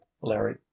Larry